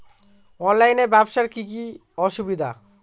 অনলাইনে ব্যবসার কি কি অসুবিধা?